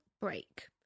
break